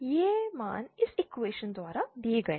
ये मान इस इक्वेशन द्वारा दिए गए हैं